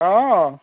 অঁ